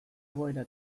egoera